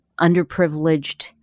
underprivileged